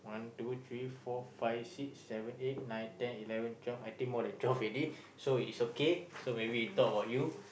two three four five six seven eight nine ten eleven twelve I think more than twelve already so it's okay so maybe we talk about you